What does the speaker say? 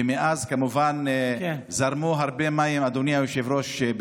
ומאז כמובן זרמו הרבה מים בירדן, אדוני היושב-ראש.